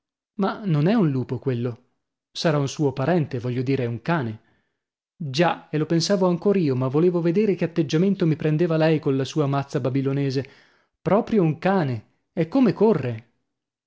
ma non è un lupo quello sarà un suo parente voglio dire un cane già e lo pensavo ancor io ma volevo vedere che atteggiamento mi prendeva lei colla sua mazza babilonese proprio un cane e come corre